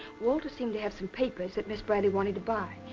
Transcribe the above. walter seemed to have some papers miss bradley wanted to buy.